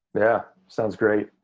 yeah, sounds great.